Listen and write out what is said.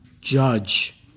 judge